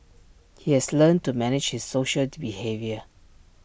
he has learnt to manage his social behaviour